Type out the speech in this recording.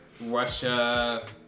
Russia